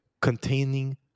containing